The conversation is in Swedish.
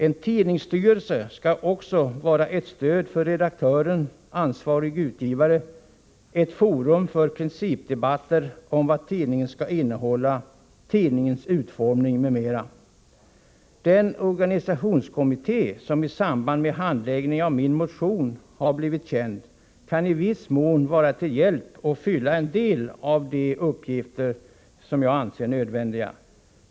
En tidningsstyrelse skulle också vara ett stöd för redaktör/ansvarig utgivare, ett forum för principdebatter om vad tidningen skall innehålla, tidningens utformning m.m. Den organisationskommitté som i samband med handläggningen av min motion har blivit känd för oss kan i viss mån vara till hjälp och fylla en del av de uppgifter som jag anser nödvändiga.